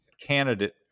candidate